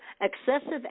Excessive